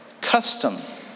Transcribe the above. Custom